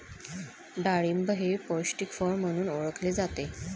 डाळिंब हे पौष्टिक फळ म्हणून ओळखले जाते